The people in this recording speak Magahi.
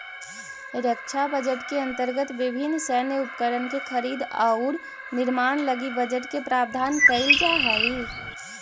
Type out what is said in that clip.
रक्षा बजट के अंतर्गत विभिन्न सैन्य उपकरण के खरीद औउर निर्माण लगी बजट के प्रावधान कईल जाऽ हई